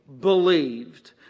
believed